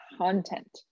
content